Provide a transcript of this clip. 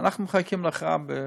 אנחנו מחכים להכרעה.